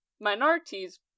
minorities